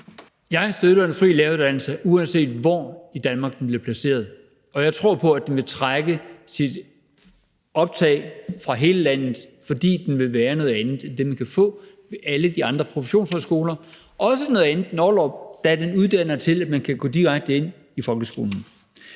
Jeg støtter en fri læreruddannelse, uanset hvor i Danmark den bliver placeret, og jeg tror på, at den vil tiltrække sit optag fra hele landet, fordi den vil være noget andet end det, som man kan få ved alle de andre professionshøjskoler, og også noget andet end Ollerup, da den uddanner til, at man kan gå direkte ind i folkeskolen.